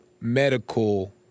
medical